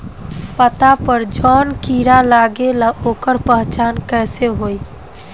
पत्ता पर जौन कीड़ा लागेला ओकर पहचान कैसे होई?